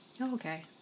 Okay